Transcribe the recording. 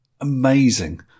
Amazing